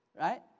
right